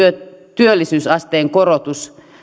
työllisyysasteen korotus